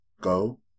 go